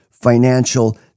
Financial